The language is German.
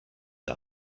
der